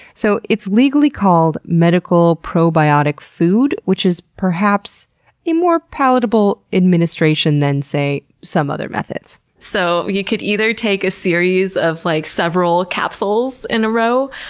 so it's legally called medical probiotic food, which is perhaps a more palatable administration than, say, some other methods. so you could either take a series of like several capsules in a row,